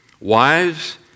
Wives